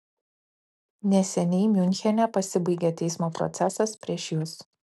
neseniai miunchene pasibaigė teismo procesas prieš jus